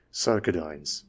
sarcodines